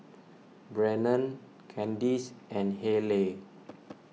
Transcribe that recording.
Brennon Kandice and Hayleigh